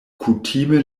kutime